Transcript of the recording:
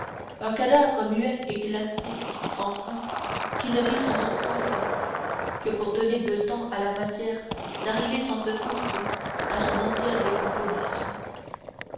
un cadavre muet et glacé enfin qui ne vit sans souffrance que pour donner le temps à la matière d'arriver sans secousse à son entière décomposition